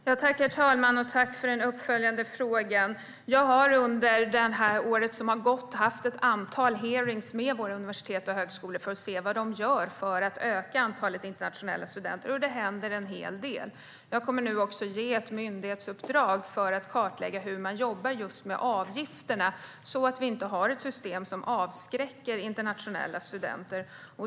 Herr talman! Jag tackar för den uppföljande frågan. Jag har under det gångna året haft ett antal hearingar med våra universitet och högskolor för att höra vad de gör för att öka antalet internationella studenter. Det händer en hel del. Jag kommer också att ge ett myndighetsuppdrag för att kartlägga hur man jobbar med just avgifterna så att vi inte har ett system som avskräcker internationella studenter.